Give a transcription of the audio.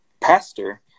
pastor